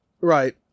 right